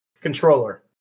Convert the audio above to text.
controller